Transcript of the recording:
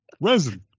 Resin